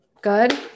Good